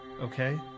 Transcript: Okay